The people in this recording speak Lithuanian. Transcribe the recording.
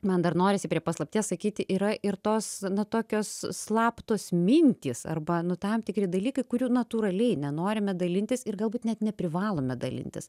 man dar norisi prie paslapties sakyti yra ir tos ne tokios slaptos mintys arba nu tam tikri dalykai kurių natūraliai nenorime dalintis ir galbūt net neprivalome dalintis